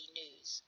news